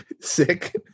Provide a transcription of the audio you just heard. sick